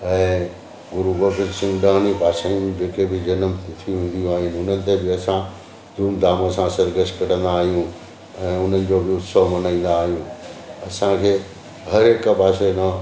ऐं गुरु गोविंद सिंह जी पाशायूं जेके बि जनम तिथि हूंदियूं आहिनि हुननि ते बि असां धूम धाम सां सर्कस कढंदा आहियूं ऐं हुननि जो बि उत्सव मल्हाईंदा आहियूं असांखे हर हिकु पासे मां